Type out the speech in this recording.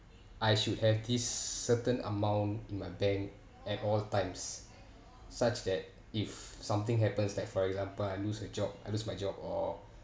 I should have this certain amount in my bank at all times such that if something happens like for example I lose a job I lose my job or